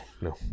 no